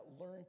learn